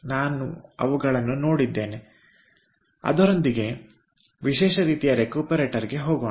ನಾವು ಅವುಗಳನ್ನು ನೋಡಿದ್ದೇವೆ ಇದರೊಂದಿಗೆ ವಿಶೇಷ ರೀತಿಯರೆಕ್ಯೂಪರೇಟರ್ ಗೆ ಹೋಗೋಣ